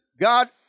God